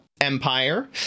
Empire